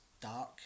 dark